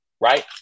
right